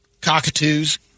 cockatoos